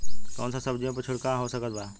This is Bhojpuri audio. कौन सा सब्जियों पर छिड़काव हो सकत बा?